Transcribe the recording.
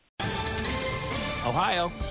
Ohio